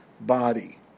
body